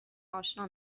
آشنا